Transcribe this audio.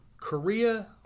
Korea